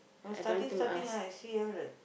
from starting starting ah I see her like